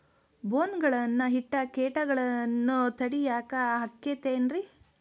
ಬೋನ್ ಗಳನ್ನ ಇಟ್ಟ ಕೇಟಗಳನ್ನು ತಡಿಯಾಕ್ ಆಕ್ಕೇತೇನ್ರಿ?